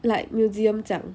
like museum 这样